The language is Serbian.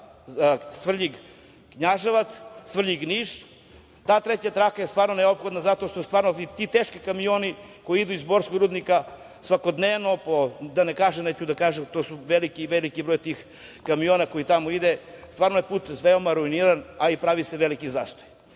Svrljig-Knjaževac, Svrljig-Niš. Ta treća traka je stvarno neophodna zato što ti teški kamioni koji idu iz borskog rudnika svakodnevno, da ne kažem, to je veliki broj tih kamiona koji tamo ide, stvarno je put veoma ruiniran, a i pravi se veliki zastoj. Zbog